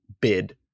bid